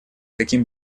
каким